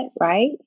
right